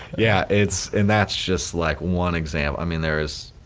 yeah, it's and that's just like one example. i mean there is,